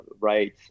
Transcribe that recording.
right